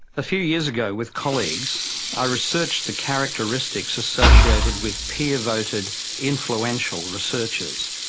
a few years ago, with colleagues i researched the characteristics associated with peer-voted influential researchers.